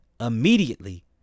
immediately